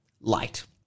light